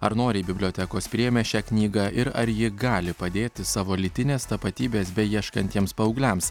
ar noriai bibliotekos priėmė šią knygą ir ar ji gali padėti savo lytinės tapatybės beieškantiems paaugliams